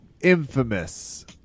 infamous